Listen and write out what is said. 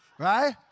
Right